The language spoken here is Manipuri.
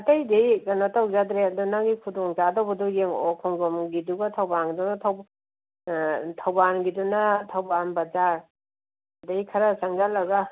ꯑꯇꯩꯗꯤ ꯀꯩꯅꯣ ꯇꯧꯖꯗ꯭ꯔꯦ ꯑꯗꯨ ꯅꯪꯒꯤ ꯈꯨꯗꯣꯡ ꯆꯥꯗꯧꯕꯗꯣ ꯌꯦꯡꯉꯛꯑꯣ ꯈꯣꯡꯖꯣꯝꯒꯤꯗꯨꯒ ꯊꯧꯕꯥꯜꯒꯤꯗꯨꯒ ꯊꯧꯕꯥꯜꯒꯤꯗꯨꯅ ꯊꯧꯕꯥꯜ ꯕꯖꯥꯔ ꯑꯗꯩ ꯈꯔ ꯆꯪꯁꯤꯜꯂꯒ